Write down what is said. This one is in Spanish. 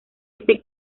este